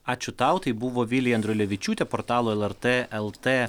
ačiū tau tai buvo vilija andrulevičiūtė portalo lrt el t